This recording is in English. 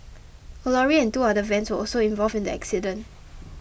a lorry and two other vans were also involved in the accident